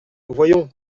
voyons